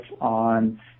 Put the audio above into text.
on